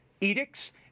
edicts